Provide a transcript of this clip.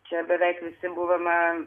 čia beveik visi buvome